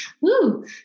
woo